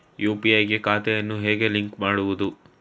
UPI ಗೆ ಖಾತೆಯನ್ನು ಹೇಗೆ ಲಿಂಕ್ ಮಾಡುವುದು?